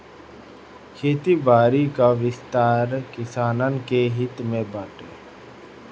खेती बारी कअ विस्तार किसानन के हित में बाटे